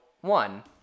one